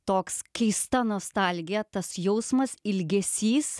toks keista nostalgija tas jausmas ilgesys